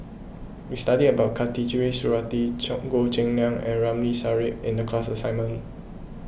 we studied about Khatijah Surattee Goh Cheng Liang and Ramli Sarip in the class assignment